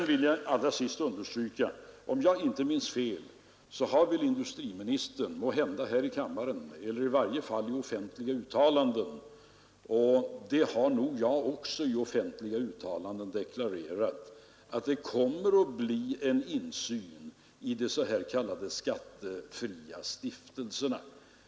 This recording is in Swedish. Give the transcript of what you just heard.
Till sist vill jag understryka att om jag inte minns fel har industriministern här i kammaren eller i varje fall i offentliga uttalanden — och det har nog också jag gjort i offentliga uttalanden — deklarerat att det kommer att bli en översyn av och insyn i de s.k. skattefria stiftelserna.